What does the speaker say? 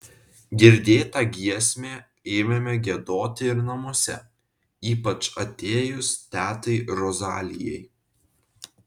girdėtą giesmę ėmėme giedoti ir namuose ypač atėjus tetai rozalijai